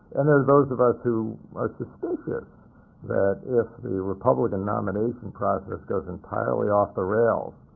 and there are those of us who are suspicious that if the republican nomination process goes entirely off the rails,